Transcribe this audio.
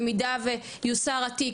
במידה ויוסר התיק,